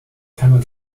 kammer